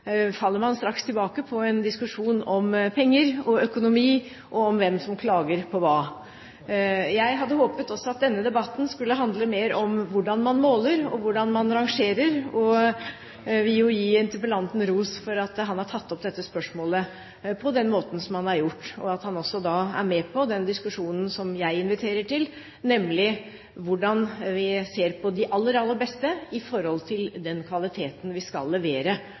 faller man straks tilbake på en diskusjon om penger, økonomi og om hvem som klager på hva. Jeg hadde håpet at denne debatten også skulle handle mer om hvordan man måler, og hvordan man rangerer, og vil gi interpellanten ros for at han har tatt opp dette spørsmålet på den måten han har gjort, og at han er med på den diskusjonen som jeg inviterer til, nemlig hvordan vi ser på de aller beste i forhold til den kvaliteten vi skal levere,